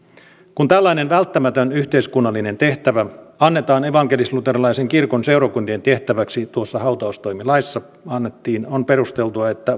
kun tällainen välttämätön yhteiskunnallinen tehtävä annettiin evankelisluterilaisen kirkon seurakuntien tehtäväksi tuossa hautaustoimilaissa on perusteltua että